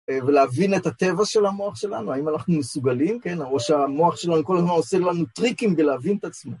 ולהבין את הטבע של המוח שלנו, האם אנחנו מסוגלים, כן? הראש המוח שלנו כל הזמן עושה לנו טריקים בלהבין את עצמו.